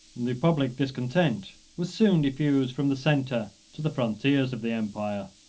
the public discontent was soon diffused from the centre to the frontiers of the empire.